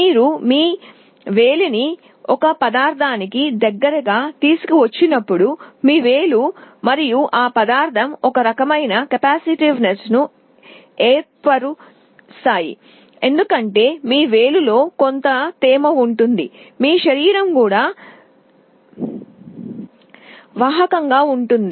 మీరు మీ వేలిని ఒక పదార్థానికి దగ్గరగా తీసుకువచ్చినప్పుడు మీ వేలు మరియు ఆ పదార్థం ఒక రకమైన కెపాసిటెన్స్ ను ఏర్పరుస్తాయి ఎందుకంటే మీ వేలిలో కొంత తేమ ఉంటుంది మీ శరీరం కూడా వాహకంగా ఉంటుంది